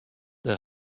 der